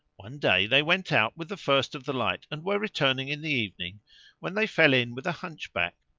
one day they went out with the first of the light and were returning in the evening when they fell in with a hunchback,